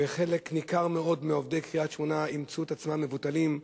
וחלק ניכר מאוד מעובדי קריית-שמונה ימצאו את עצמם מובטלים,